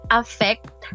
affect